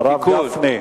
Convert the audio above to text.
הרב גפני.